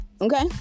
okay